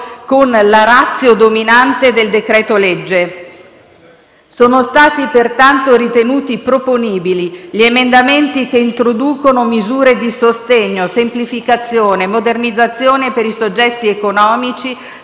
con la «*ratio* dominante» del decreto-legge. Sono stati pertanto ritenuti proponibili gli emendamenti che introducono misure di sostegno, semplificazione, modernizzazione per i soggetti economici,